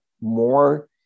more